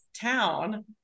town